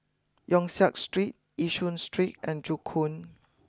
Yong Siak Street Yishun Street and Joo Koon